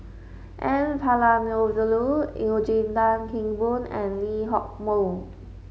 N Palanivelu Eugene Tan Kheng Boon and Lee Hock Moh